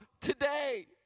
today